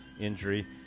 injury